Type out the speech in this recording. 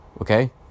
okay